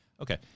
Okay